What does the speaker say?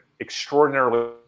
extraordinarily